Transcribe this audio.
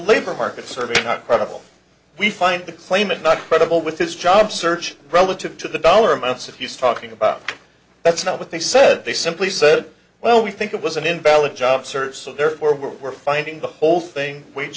labor market survey not credible we find the claimant not credible with his job search relative to the dollar amounts of he's talking about that's not what they said they simply said well we think it was an invalid job search so therefore we're finding the whole thing wage